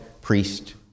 priest